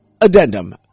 Addendum